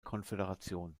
konföderation